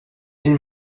این